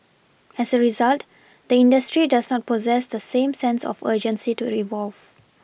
as a result the industry does not possess the same sense of urgency to evolve